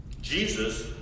Jesus